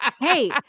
hey